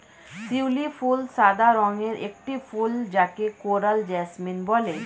শিউলি ফুল সাদা রঙের একটি ফুল যাকে কোরাল জেসমিন বলে